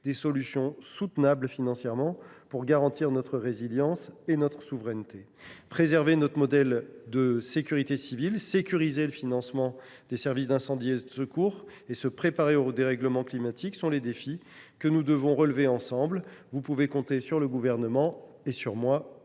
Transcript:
des solutions soutenables financièrement pour garantir à la fois notre résilience et notre souveraineté. Préserver notre modèle de sécurité civile, sécuriser le financement des Sdis et se préparer au dérèglement climatique sont les défis que nous devons relever ensemble. Dans cette perspective, vous pouvez compter sur le Gouvernement et sur moi